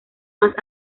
más